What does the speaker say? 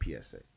PSA